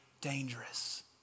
dangerous